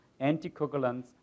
anticoagulants